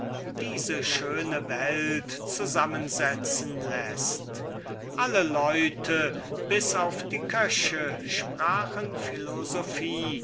diese schöne runde welt zusammenreimen läßt alle leute bis auf die köche sprachen philosophie